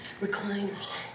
Recliners